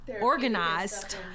organized